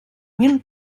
mil